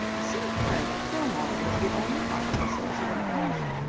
it seemed to her that fillmore was the only possible source of information.